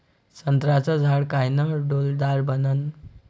संत्र्याचं झाड कायनं डौलदार बनन?